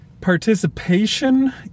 participation